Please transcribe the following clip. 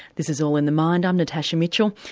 this is all in the mind, i'm natasha mitchell,